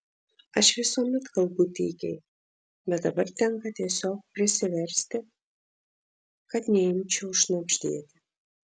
aš visuomet kalbu tykiai bet dabar tenka tiesiog prisiversti kad neimčiau šnabždėti